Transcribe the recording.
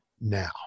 now